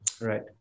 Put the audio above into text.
Right